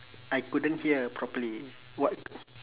I couldn't hear properly what